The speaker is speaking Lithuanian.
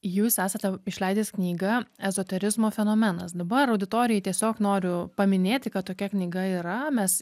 jūs esate išleidęs knygą ezoterizmo fenomenas dabar auditorijai tiesiog noriu paminėti kad tokia knyga yra mes